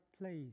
place